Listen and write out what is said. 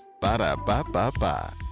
Ba-da-ba-ba-ba